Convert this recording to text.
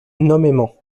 nommément